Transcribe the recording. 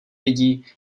vidí